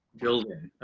building,